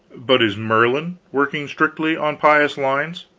but is merlin working strictly on pious lines?